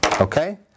Okay